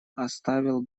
оставил